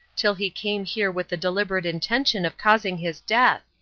till he came here with the deliberate intention of causing his death.